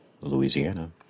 Louisiana